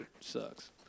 sucks